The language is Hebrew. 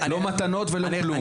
לא מתנות ולא כלום.